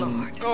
Lord